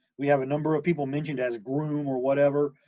we have a number of people mentioned as groom or whatever.